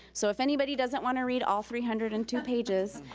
so if anybody doesn't wanna read all three hundred and two pages,